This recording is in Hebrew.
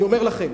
אני אומר לכם,